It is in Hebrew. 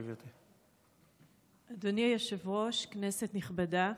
אדוני היושב-ראש, כנסת נכבדה,